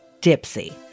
Dipsy